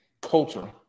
culture